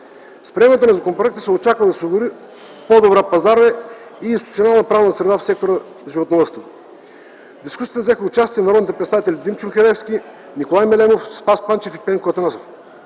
С приемането на законопроекта се очаква да се осигури по-добра пазарна и институционална правна среда в сектора животновъдство. В дискусията взеха участие народните представители Димчо Михалевски, Николай Мелемов, Спас Панчев и Пенко Атанасов.